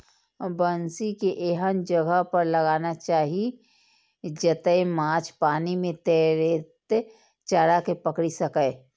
बंसी कें एहन जगह पर लगाना चाही, जतय माछ पानि मे तैरैत चारा कें पकड़ि सकय